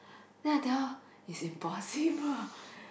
then I tell her its impossible